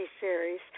Series